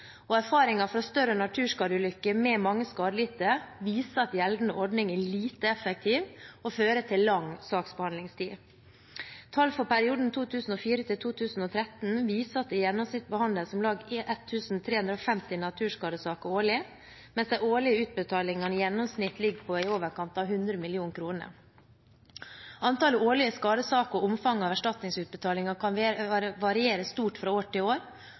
spor. Erfaringer fra større naturskadeulykker med mange skadelidte viser at gjeldende ordning er lite effektiv og fører til lang saksbehandlingstid. Tall for perioden 2004–2013 viser at det i gjennomsnitt behandles om lag 1 350 naturskadesaker årlig, mens de årlige utbetalingene i gjennomsnitt ligger på i overkant av 100 mill. kr. Antall årlige skadesaker og omfanget av erstatningsutbetalinger kan variere stort fra år til år,